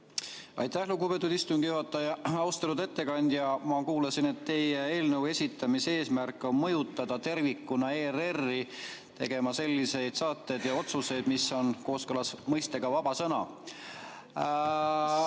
Aitäh, lugupeetud istungi juhataja! Austatud ettekandja! Ma kuulasin, et teie eelnõu esitamise eesmärk on mõjutada tervikuna ERR‑i tegema selliseid saateid ja otsuseid, mis on kooskõlas mõistega "vaba sõna".